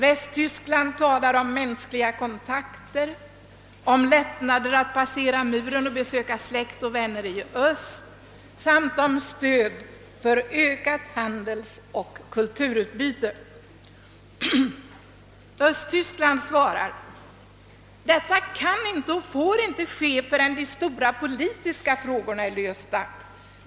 Västtyskland talar om mänskliga kontakter, om lättnader i restriktionerna att passera muren och besöka släkt och vänner i öst samt om stöd för ökat handelsoch kulturutbyte. Östtyskland svarar att sådana åtgärder inte kan och får vidtas förrän de stora politiska frågorna är lösta.